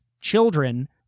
children